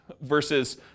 Versus